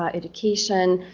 ah education,